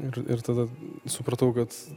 ir ir tada supratau kad